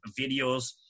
videos